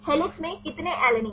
helix में कितने alanine